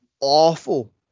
awful